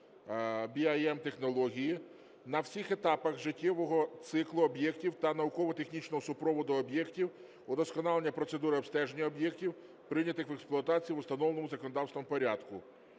(ВІМ-технології) на всіх етапах життєвого циклу об'єктів та науково-технічного супроводу об'єктів, удосконалення процедури обстеження об'єктів, прийнятих в експлуатацію в установленому законодавством порядку.